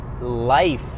life